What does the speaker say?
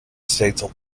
states